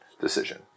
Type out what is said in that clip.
decision